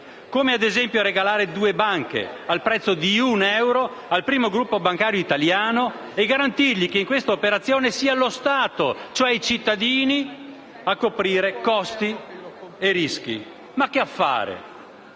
come - ad esempio - regalare due banche al prezzo di un euro al primo gruppo bancario italiano e garantirgli che in questa operazione sia lo Stato, cioè i cittadini, a coprire costi e rischi. Ma quale affare?